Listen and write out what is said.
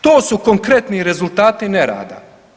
To su konkretni rezultati nerada.